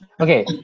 Okay